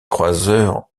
croiseurs